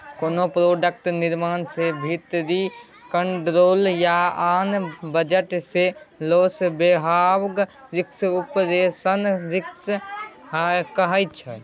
कोनो प्रोडक्ट निर्माण मे भीतरी कंट्रोल या आन बजह सँ लौस हेबाक रिस्क आपरेशनल रिस्क कहाइ छै